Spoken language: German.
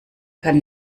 kann